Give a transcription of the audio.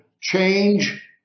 Change